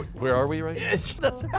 where are we right